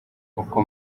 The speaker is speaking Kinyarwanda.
uko